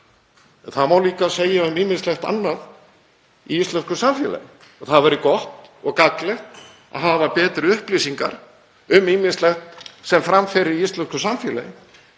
Það má líka segja um ýmislegt annað í íslensku samfélagi, að það væri gott og gagnlegt að hafa betri upplýsingar um ýmislegt sem fram fer í íslensku samfélagi.